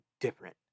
different